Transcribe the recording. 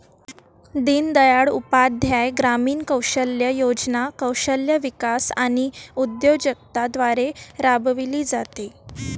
दीनदयाळ उपाध्याय ग्रामीण कौशल्य योजना कौशल्य विकास आणि उद्योजकता द्वारे राबविली जाते